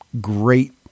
great